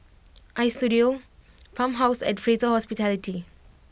Istudio Farmhouse and Fraser Hospitality